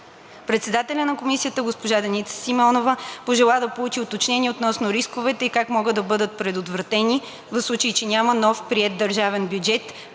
Председателят на Комисията госпожа Деница Симеонова пожела да получи уточнение относно рисковете и как могат да бъдат предотвратени, в случай че няма нов приет държавен бюджет